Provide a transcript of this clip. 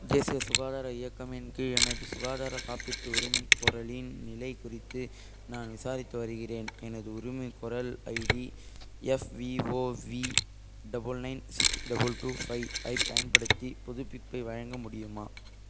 தேசிய சுகாதார இயக்கம் இன் கீழ் எனது சுகாதார காப்பீட்டு உரிமைகோரலின் நிலை குறித்து நான் விசாரித்து வருகிறேன் எனது உரிமைகோரல் ID FVOV double nine six double two five ஐப் பயன்படுத்தி புதுப்பிப்பை வழங்க முடியுமா